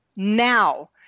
Now